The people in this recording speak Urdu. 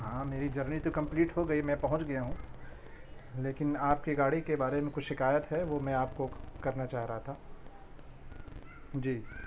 ہاں میری جرنی تو کمپلیٹ ہو گئی میں پہنچ گیا ہوں لیکن آپ کی گاڑی کے بارے میں کچھ شکایت ہے وہ میں آپ کو کرنا چاہ رہا تھا جی